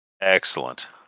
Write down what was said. Excellent